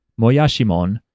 Moyashimon